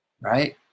right